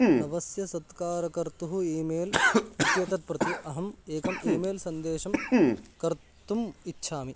नव सत्कारकर्तुः ईमेल् इत्येतत् प्रति अहम् एकम् ईमेल् सन्देशं कर्तुम् इच्छामि